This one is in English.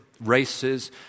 races